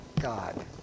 God